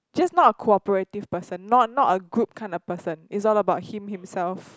just not a cooperative person not not a group kind of person it's all about him himself